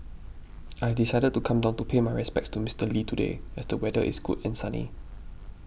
I decided to come down to pay my respects to Mister Lee today as the weather is good and sunny